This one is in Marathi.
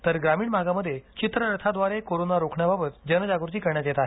तर ग्रामीण भागामध्ये चित्र रथाद्वारे कोरोना रोखण्याबाबत जनजागृती करण्यात येत आहे